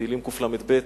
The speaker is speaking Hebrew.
תהילים קל"ב.